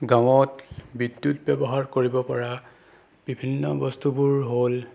গাঁৱত বিদ্যুৎ ব্যৱহাৰ কৰিব পৰা বিভিন্ন বস্তুবোৰ হ'ল